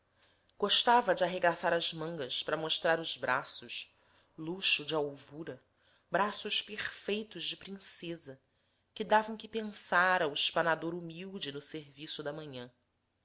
gostava de arregaçar as mangas para mostrar os braços luxo de alvura braços perfeitos de princesa que davam que pensar ao espanador humilde no serviço da manhã